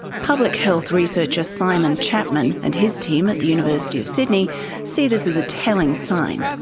public health researcher simon chapman and his team at the university of sydney see this as a telling sign.